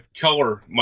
color